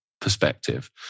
perspective